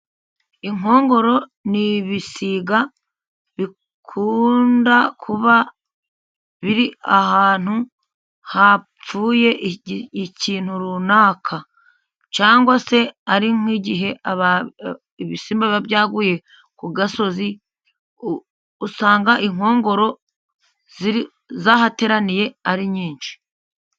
Inkongoro ni ibisiga bikunda kuba biri ahantu hapfuye ikintu runaka, cyangwa se ari nk'igihe ibisimba byaguye ku gasozi, usanga inkongoro zahateraniye ari nyinshi.